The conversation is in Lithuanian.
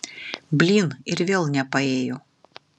blyn ir vėl nepaėjo